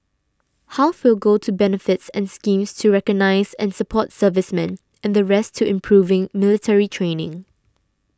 half will go to benefits and schemes to recognise and support servicemen and the rest to improving military training